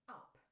up